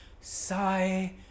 sigh